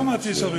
לא שמעתי שרים.